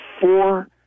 four